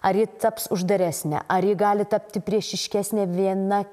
ar ji taps uždaresnė ar ji gali tapti priešiškesnė viena